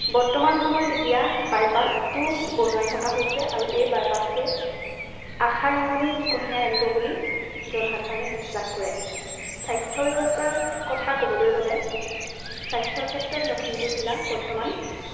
বৰ্তমান সময়ত এতিয়া বাইপাছটো বনোৱাই থকা হৈছে আৰু এই বাইপাছটোৱে আশাৰ ৰেঙনি কঢ়িয়াই আনিব বুলি জনসাধাৰণে বিশ্বাস কৰে স্বাস্থ্য ব্যৱস্থাৰ কথা ক'বলৈ গ'লে স্বাস্থ্যৰ ক্ষেত্ৰত লখিমপুৰ জিলা বৰ্তমান